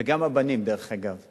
וגם הבנים, דרך אגב.